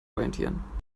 orientieren